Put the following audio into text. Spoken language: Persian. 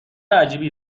عجیبی